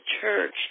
church